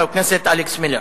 חבר הכנסת אלכס מילר.